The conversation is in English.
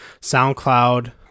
SoundCloud